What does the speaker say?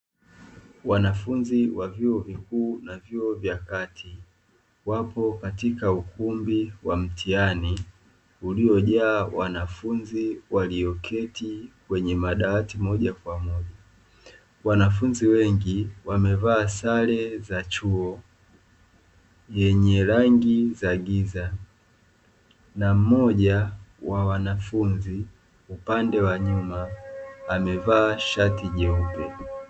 Wanafunzi wa vyuo vikuu na vyuo vya kati wapo katika ukumbi wa mtihani uliojaa wanafunzi walioketi kwenye madawati moja kwa moja, wanafunzi wengi wamevaa sare za chuo yenye rangi za giza na mmoja wa wanafunzi upande wa nyuma amevaa shati jeupe.